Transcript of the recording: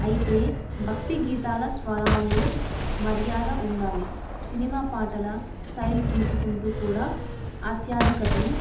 అయితే భక్తి గీతాల స్వరాల్లో మర్యాద ఉండాలి సినిమా పాటల స్టైల్ తీసుకుంటూ కూడా ఆత్యాధికతను